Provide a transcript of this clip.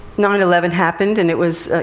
nine eleven happened and it was,